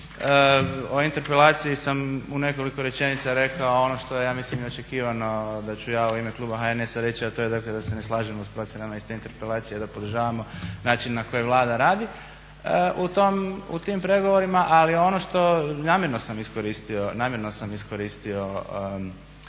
O interpelaciji sam u nekoliko rečenica rekao ono što je ja mislim i očekivano da ću ja u ime kluba HNS-a reći a to je dakle da se ne slažemo s procjenama iz te interpelacije i da podržavamo način na koji Vlada radi u tim pregovorima. Ali ono što, i namjerno sam iskoristio